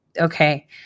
Okay